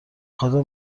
خدا